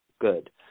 good